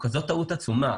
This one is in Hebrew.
זאת טעות עצומה.